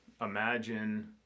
imagine